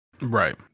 Right